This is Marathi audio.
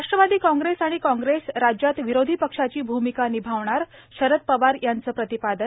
राष्ट्रवादी कांग्रेस आणि कांग्रेस राज्यात विरोधी पक्षाची भूमिका निभावणार शरद पवार यांचं प्रतिपादन